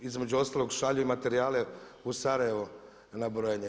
Između ostalog šalju i materijale u Sarajevo na brojenje.